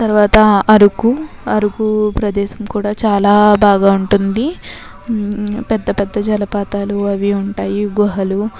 తర్వాత అరుకు అరుకు ప్రదేశం కూడా చాలా బాగా ఉంటుంది పెద్ద పెద్ద జలపాతాలు అవి ఉంటాయి గుహలు